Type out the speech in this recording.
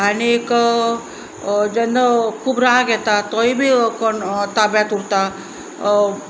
आनीक जेन्ना खूब राग येता तोय बी कोण ताब्यांत उरता